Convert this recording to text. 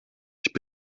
ich